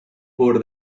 por